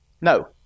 No